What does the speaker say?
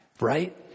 Right